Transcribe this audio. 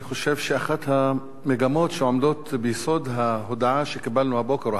אני חושב שאחת המגמות שעומדות ביסוד ההודעה שקיבלנו הבוקר,